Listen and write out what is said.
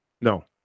No